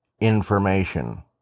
information